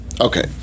Okay